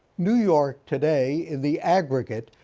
new york today, in the aggregate,